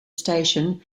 station